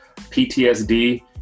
PTSD